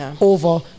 over